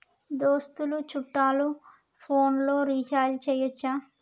దోస్తులు చుట్టాలు ఫోన్లలో రీఛార్జి చేయచ్చా?